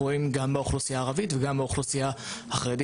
רואים גם באוכלוסייה הערבית ובעיקר באוכלוסייה החרדית,